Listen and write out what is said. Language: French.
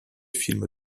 films